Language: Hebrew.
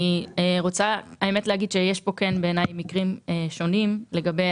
אני רוצה לומר שבעיניי יש כאן מקרים שונים לגבי